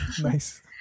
Nice